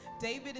David